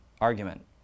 argument